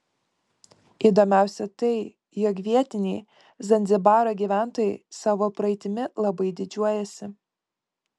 įdomiausia tai jog vietiniai zanzibaro gyventojai savo praeitimi labai didžiuojasi